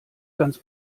ganz